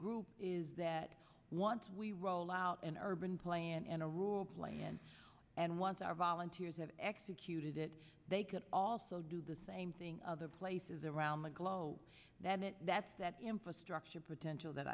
group is that once we roll out an urban plan in a rural place and and once our volunteers have executed it they can also do the same thing other places around the globe than it that's that infrastructure potential that